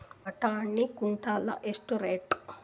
ಬಟಾಣಿ ಕುಂಟಲ ಎಷ್ಟು ರೇಟ್?